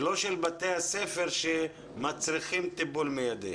ולא של בתי הספר שמצריכים טיפול מיידי.